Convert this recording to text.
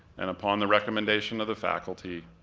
and upon the recommendation of the faculty,